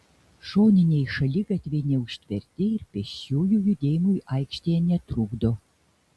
šoniniai šaligatviai neužtverti ir pėsčiųjų judėjimui aikštėje netrukdo